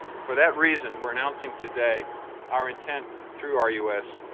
for that reason, we're announcing today our intent through our u s.